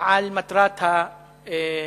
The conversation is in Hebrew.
על מטרת ההפקעה.